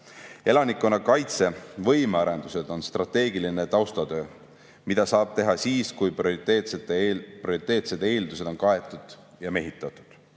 Elanikkonnakaitse võimearendused on strateegiline taustatöö, mida saab teha siis, kui prioriteetsed eeldused on kaetud ja mehitatud.